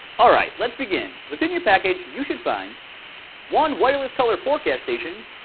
alright, let's begin. within your package you should find one wireless color forecast station